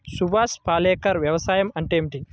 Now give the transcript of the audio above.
సుభాష్ పాలేకర్ వ్యవసాయం అంటే ఏమిటీ?